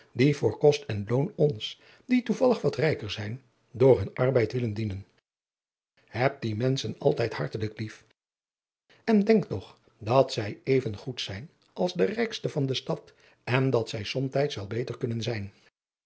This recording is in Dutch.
die voor kost en loon ons die toevallig wat rijker zijn door hunn arbeid willen dienen heb die menschen altijd hartelijk lief en denk toch dat zij even goed zijn als de rijkste van de stad en dat zij somtijds wel beter kunnen zijn